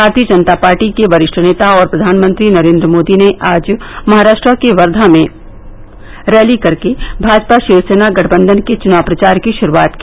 भारतीय जनता पार्टी के वरिष्ठ नेता और प्रधानमंत्री नरेन्द्र मोदी ने आज महाराष्ट्र के वर्धा में रैली कर भाजपा शिवसेना गठबंधन के चुनाव प्रचारकी शुरूआत की